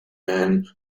man